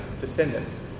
descendants